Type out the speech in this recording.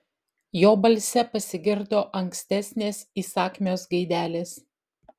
jo balse pasigirdo ankstesnės įsakmios gaidelės